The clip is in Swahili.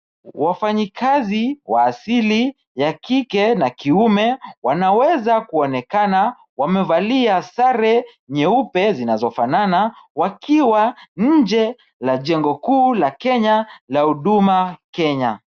Wafanyikazi wa asili ya kike na kiume, wanaweza kuonekana wamevalia sare nyeupe, zinazofanana, wakiwa nje ya jengo kuu la Kenya la Huduma Kenya.